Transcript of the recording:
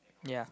yeah